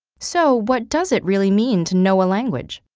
so what does it really mean to know a language?